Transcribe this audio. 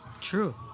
true